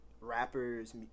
rappers